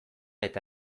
eta